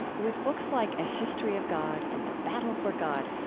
with books like a history of god and the battle for god,